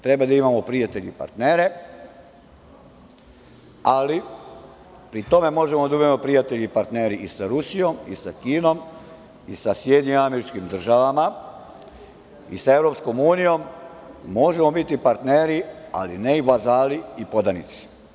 Treba da imamo prijatelje i partnere, ali pri tome možemo da imamo prijatelje i partnere i sa Rusijom, i sa Kinom, i sa SAD, i sa EU, možemo biti partneri ali ne i vazali i podanici.